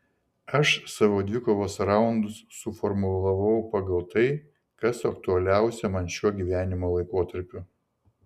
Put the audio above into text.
aš savo dvikovos raundus suformulavau pagal tai kas aktualiausia man šiuo gyvenimo laikotarpiu